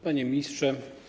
Panie Ministrze!